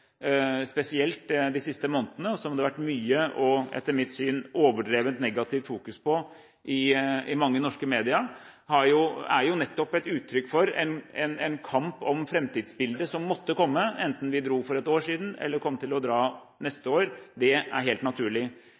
spesielt de siste månedene, og som det har vært mye og etter mitt syn overdrevet negativt fokus på i mange norske media, er nettopp et uttrykk for en kamp om fremtidsbildet som måtte komme, enten vi dro for et år siden eller drar til neste år. Det er helt naturlig.